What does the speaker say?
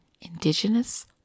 indigenous